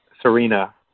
Serena